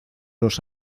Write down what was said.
los